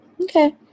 Okay